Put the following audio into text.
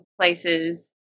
places